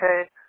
okay